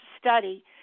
study